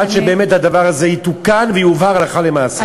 עד שבאמת הדבר הזה יתוקן ויובהר הלכה למעשה.